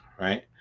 Right